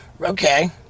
Okay